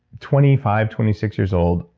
twenty five, twenty six years old,